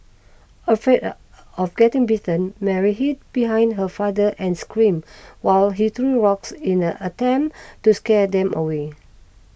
afraid of getting bitten Mary hid behind her father and screamed while he threw rocks in an attempt to scare them away